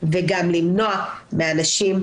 אצל שר האוצר מן הסתם וצוותיו, הצטברו המון